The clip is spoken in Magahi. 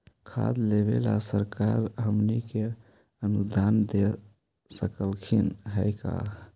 खाद लेबे सरकार हमनी के अनुदान दे सकखिन हे का?